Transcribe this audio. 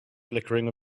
flickering